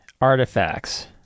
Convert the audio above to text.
artifacts